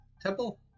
Temple